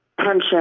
pension